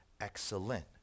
excellent